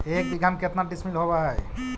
एक बीघा में केतना डिसिमिल होव हइ?